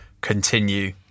continue